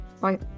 Bye